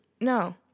No